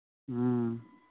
ꯎꯝ